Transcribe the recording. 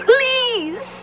Please